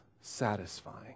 satisfying